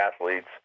athletes